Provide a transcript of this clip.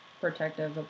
protective